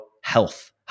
health